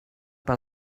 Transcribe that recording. per